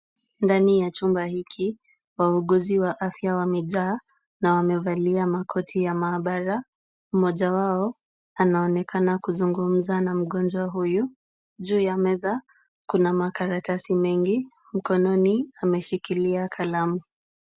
Ndani ya chumba hiki, wauguzi wa afya wamejaa na wamevalia makoti ya maabara. Mmoja wao anaonekana kuzungumza na mgonjwa huyu. Juu ya meza kuna makaratasi mengi, mkononi ameshikilia kalamu.